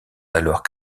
alors